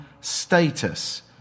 status